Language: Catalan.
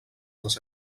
les